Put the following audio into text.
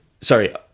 sorry